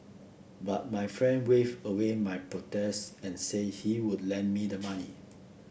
but my friend wave away my protests and say he would lend me the money